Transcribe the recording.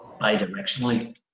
bi-directionally